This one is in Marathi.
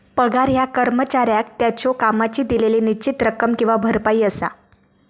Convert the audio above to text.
पगार ह्या कर्मचाऱ्याक त्याच्यो कामाची दिलेली निश्चित रक्कम किंवा भरपाई असा